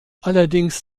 allerdings